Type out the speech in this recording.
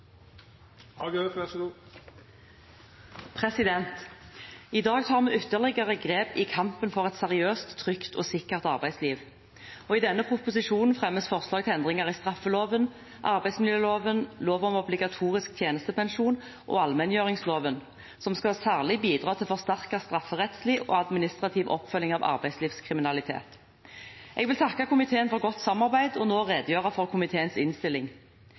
I dag tar vi ytterligere grep i kampen for et seriøst, trygt og sikkert arbeidsliv. I denne proposisjonen fremmes forslag til endringer i straffeloven, arbeidsmiljøloven, lov om obligatorisk tjenestepensjon og allmenngjøringsloven, som særlig skal bidra til forsterket strafferettslig og administrativ oppfølging av arbeidslivskriminalitet. Jeg vil takke komiteen for godt samarbeid og nå redegjøre for komiteens innstilling.